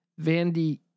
Vandy